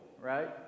right